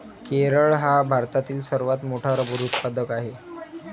केरळ हा भारतातील सर्वात मोठा रबर उत्पादक आहे